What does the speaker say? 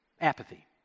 Apathy